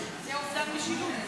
אובדן משילות.